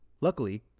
Luckily